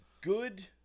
good